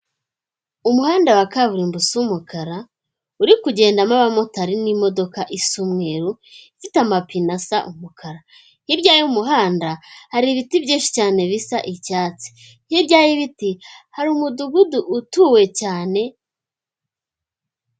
Umuhanda wa kaburimbo usa umukara uri kugendamo abamotari n'imodoka isa umweru ifite amapine asa umukara, hirya y'umuhanda hari ibiti byinshi cyane bisa icyatsi, hirya y'ibiti hari umudugudu utuwe cyane.